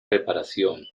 reparación